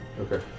Okay